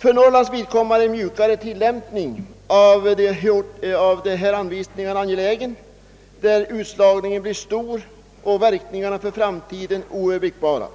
För Norrlands vidkommande är en mjukare tillämpning av anvisningarna angelägen eftersom utslaget där blir stort och verkningarna för framtiden oöverblickbara.